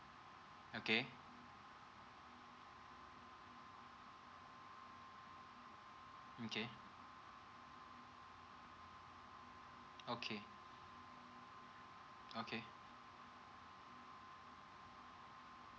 okay mm okay okay okay